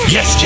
Yes